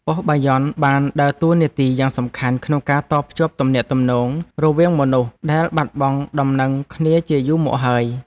ប៉ុស្តិ៍បាយ័នបានដើរតួនាទីយ៉ាងសំខាន់ក្នុងការតភ្ជាប់ទំនាក់ទំនងរវាងមនុស្សដែលបាត់បង់ដំណឹងគ្នាជាយូរមកហើយ។